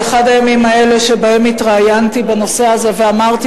באחד הימים האלה שבהם התראיינתי בנושא הזה ואמרתי